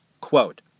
quote